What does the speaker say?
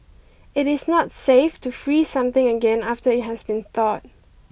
it is not safe to freeze something again after it has been thawed